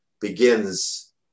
begins